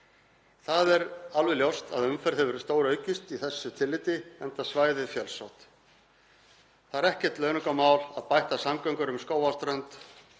Það er alveg ljóst að umferð hefur stóraukist í þessu tilliti enda svæðið fjölsótt. Það er ekkert launungarmál að bættar samgöngur um Skógarströnd